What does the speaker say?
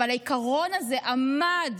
אבל העיקרון הזה עמד,